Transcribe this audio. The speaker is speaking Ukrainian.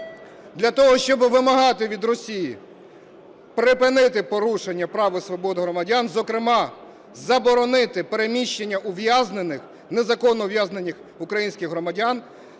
для того, щоб вимагати від Росії припинити порушення прав і свобод громадян, зокрема, заборонити переміщення ув'язнених, незаконно ув'язнених українських громадян,